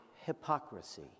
hypocrisy